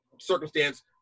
circumstance